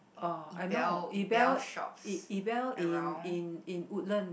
oh I know Ebel Ebel in in in Woodland